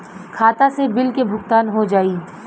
खाता से बिल के भुगतान हो जाई?